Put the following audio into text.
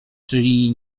czyli